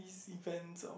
this event of